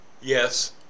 Yes